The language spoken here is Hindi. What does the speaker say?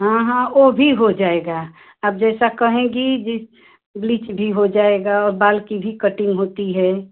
हाँ हाँ वह भी हो जाएगा अब जैसा कहेंगी बिच ब्लीच भी हो जाएगा और बाल की भी कटिंग होती है